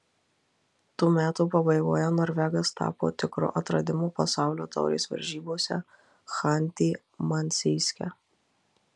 tų metų pabaigoje norvegas tapo tikru atradimu pasaulio taurės varžybose chanty mansijske